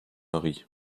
varient